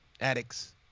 addicts